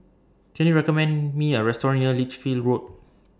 Can YOU recommend Me A Restaurant near Lichfield Road